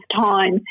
time